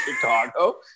chicago